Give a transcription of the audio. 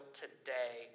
today